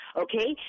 okay